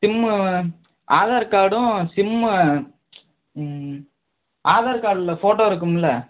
sim Aadhaar கார்டும் sim ம் ஆதார் கார்டில் ஃபோட்டோ இருக்கும்ல